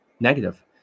negative